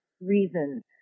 reason